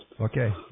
Okay